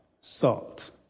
salt